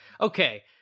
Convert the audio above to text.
Okay